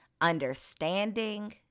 understanding